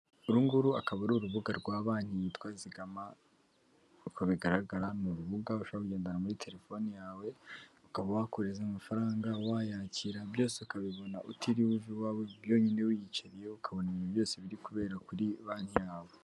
Uru nguru akaba ari urubuga rwa banki yitwa zigama , nk'uko bigaragara ni urubuga ushaho kugendera muri telefone yawe, ukaba wakohereza amafaranga, wayakira, byose ukabibona utiriweje uva i wawe, byonyine wiyicariye, ukabona ibintu byose biri kubera kuri banki yawe.